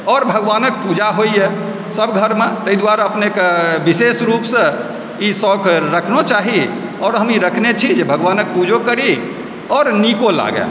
आओर भगवानक पूजा होइए सभ घरमे ताहि दुआरे अपनके विशेष रूपसँ ई शौख रखनो चाही आओर हम ई रखने छी भगवानक पूजो करि आओर निको लागय